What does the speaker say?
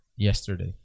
yesterday